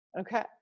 Okay